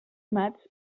maig